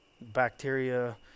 bacteria